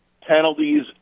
penalties